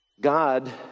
God